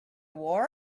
war